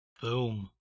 Boom